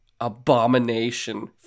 abomination